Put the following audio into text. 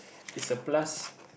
is a plus